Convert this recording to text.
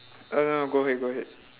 uh go ahead go ahead